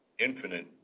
infinite